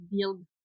build